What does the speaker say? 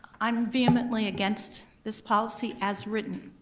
i'm vehemently against this policy as written,